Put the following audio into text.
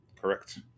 Correct